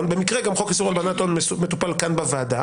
- במקרה גם חוק איסור הלבנת הון מטופל כאן בוועדה